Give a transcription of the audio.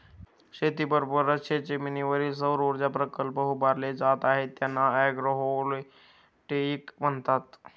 शेतीबरोबरच शेतजमिनीवर सौरऊर्जा प्रकल्प उभारले जात आहेत ज्यांना ॲग्रोव्होल्टेईक म्हणतात